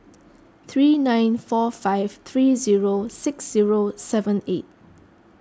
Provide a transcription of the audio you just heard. three nine four five three zero six zero seven eight